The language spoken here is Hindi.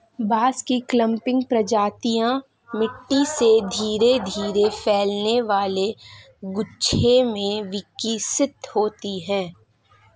बांस की क्लंपिंग प्रजातियां मिट्टी से धीरे धीरे फैलने वाले गुच्छे में विकसित होती हैं